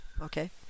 Okay